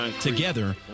together